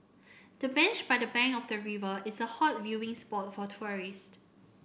the bench by the bank of the river is a hot viewing spot for tourist